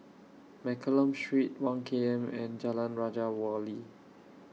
Mccallum Street one K M and Jalan Raja Wali